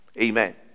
Amen